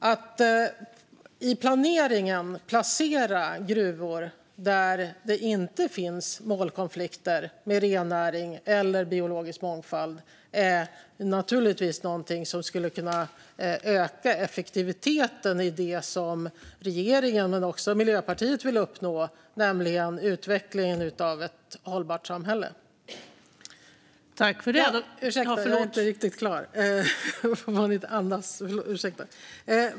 Att i planeringen placera gruvor där det inte finns målkonflikter med rennäring eller biologisk mångfald är naturligtvis något som skulle öka effektiviteten i det som regeringen och Miljöpartiet vill uppnå, nämligen utvecklingen av ett hållbart samhälle.